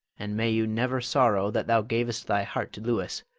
and may you never sorrow that thou gav'st thy heart to louis,